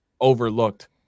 overlooked